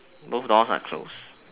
both doors are closed